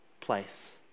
place